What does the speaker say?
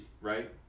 right